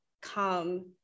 come